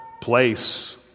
place